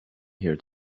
here